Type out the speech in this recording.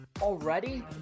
Already